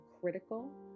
critical